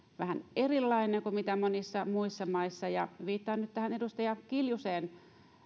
vähän erilainen kuin monissa muissa maissa viittaan nyt tähän edustaja kiljusen